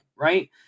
right